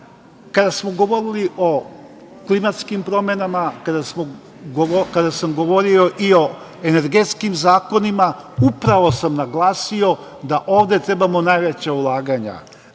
Kada smo govorili o klimatskim promenama, kada sam govorio i o energetskim zakonima, upravo sam naglasio da ovde trebamo najveća ulaganja.